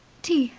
tea,